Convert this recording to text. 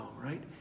right